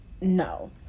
No